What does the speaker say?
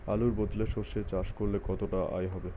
আলুর বদলে সরষে চাষ করলে কতটা আয় হবে?